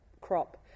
crop